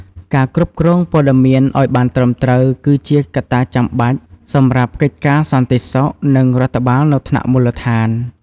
ការគ្រប់គ្រងព័ត៌មានឱ្យបានត្រឹមត្រូវ គឺជាកត្តាចាំបាច់ សម្រាប់កិច្ចការសន្តិសុខ និងរដ្ឋបាលនៅថ្នាក់មូលដ្ឋាន។